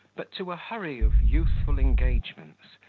but to a hurry of youthful engagements,